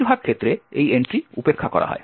বেশিরভাগ ক্ষেত্রে এই এন্ট্রি উপেক্ষা করা হয়